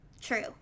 True